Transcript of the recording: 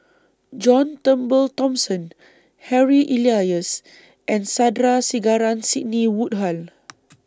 John Turnbull Thomson Harry Elias and Sandrasegaran Sidney Woodhull